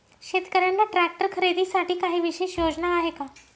शेतकऱ्यांना ट्रॅक्टर खरीदीसाठी काही विशेष योजना आहे का?